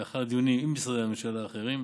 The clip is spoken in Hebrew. לאחר דיונים עם משרדי הממשלה האחרים,